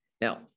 Now